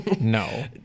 No